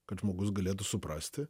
kad žmogus galėtų suprasti